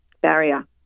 barrier